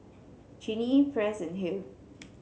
Genie Press and Hale